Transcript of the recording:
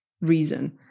reason